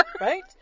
Right